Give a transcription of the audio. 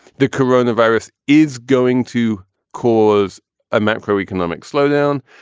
the corona virus is going to cause a macro economic slowdown.